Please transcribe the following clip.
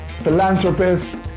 philanthropist